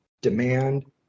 demand